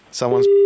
Someone's